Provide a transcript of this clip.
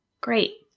Great